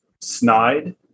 snide